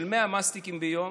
100 מסטיקים ביום.